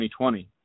2020